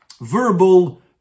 Verbal